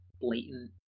blatant